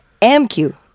MQ